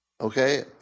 Okay